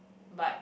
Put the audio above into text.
but